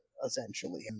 Essentially